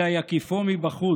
אלא יקיפו מבחוץ.